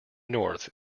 north